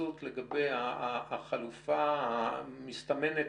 התייחסות לגבי החלופה המסתמנת,